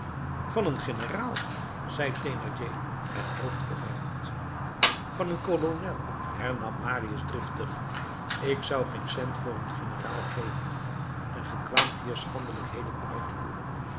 van een generaal zei thénardier het hoofd opheffend van een kolonel hernam marius driftig ik zou geen cent voor een generaal geven en ge kwaamt hier schandelijkheden uitvoeren